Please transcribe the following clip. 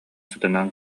сытынан